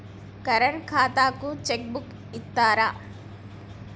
Current ఖాతాకు cheque book ఇత్తరా?